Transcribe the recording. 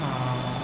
आ